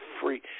free